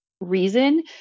reason